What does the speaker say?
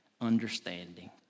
understanding